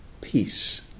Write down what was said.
peace